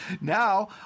now